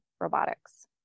robotics